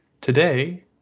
today